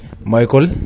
Michael